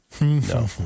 No